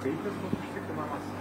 kaip jis bus užtikrinamas